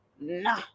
Nah